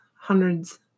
hundreds